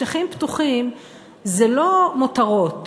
שטחים פתוחים זה לא מותרות,